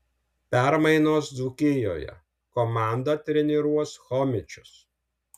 permainos dzūkijoje komandą treniruos chomičius